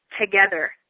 together